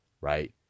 right